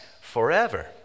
forever